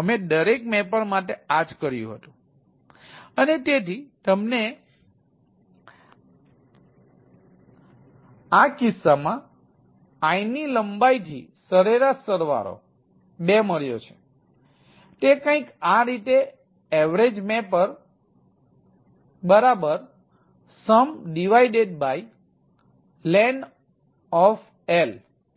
અમે દરેક મેપર માટે આ જ કર્યું હતું અને તેથી અમને આ કિસ્સામાં l ની લંબાઈથી સરેરાશ સરવાળો 2 મળ્યો છે તે કંઈક આ રીતે છે avgMappersumlenl